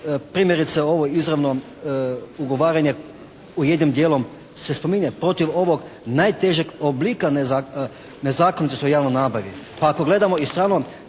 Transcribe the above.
Primjerice ovo izravnom ugovaranje u jednom dijelu se spominje protiv ovog najtežeg oblika nezakonitosti u javnoj nabavi, pa ako gledamo i strnu